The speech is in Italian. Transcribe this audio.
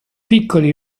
piccoli